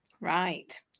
Right